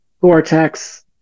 Vortex